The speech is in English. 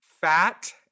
fat